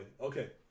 Okay